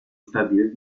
stabil